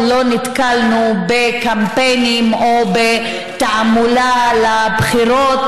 לא נתקלנו בקמפיינים או בתעמולה לבחירות,